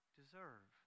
deserve